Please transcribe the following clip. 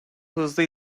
hızlı